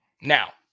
Now